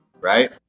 right